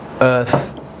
earth